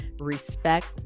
respect